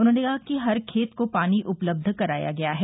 उन्होंने कहा कि हर खेत को पानी उपलब्ध कराया गया है